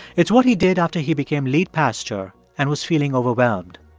it's what he did after he became lead pastor and was feeling overwhelmed.